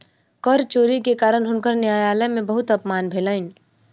कर चोरी के कारण हुनकर न्यायालय में बहुत अपमान भेलैन